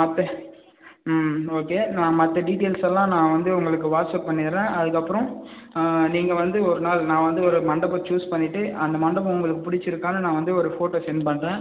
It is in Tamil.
மற்ற ம் ஓகே நான் மற்ற டீட்டெயில்ஸ் எல்லாம் நான் வந்து உங்களுக்கு வாட்ஸ்அப் பண்ணிடுறேன் அதுக்கப்புறம் நீங்கள் வந்து ஒரு நாள் நான் வந்து ஒரு மண்டபம் சூஸ் பண்ணிவிட்டு அந்த மண்டபம் உங்களுக்கு பிடிச்சிருக்கான நான் வந்து ஒரு ஃபோட்டோ சென்ட் பண்ணுறேன்